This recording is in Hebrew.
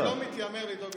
אני לא מתיימר לדאוג יותר ממך.